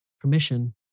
permission